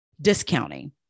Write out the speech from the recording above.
discounting